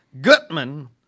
Gutman